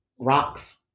rocks